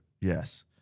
yes